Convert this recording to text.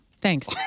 Thanks